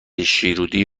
شیرودی